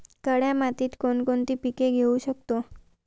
काळ्या मातीत कोणकोणती पिके घेऊ शकतो?